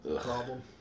Problem